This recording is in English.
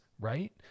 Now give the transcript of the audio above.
right